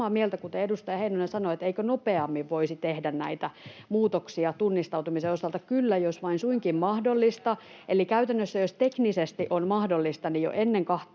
samaa mieltä siitä, kuten edustaja Heinonen sanoi, että eikö nopeammin voisi tehdä näitä muutoksia tunnistautumisen osalta. Kyllä, jos vain suinkin mahdollista. Eli käytännössä, jos teknisesti on mahdollista, niin jo ennen